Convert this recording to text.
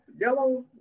yellow